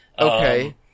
okay